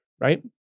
right